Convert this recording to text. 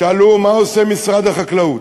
שאלו מה עושה משרד החקלאות.